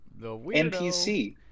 NPC